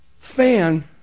fan